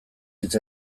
hitz